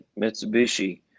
Mitsubishi